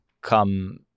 come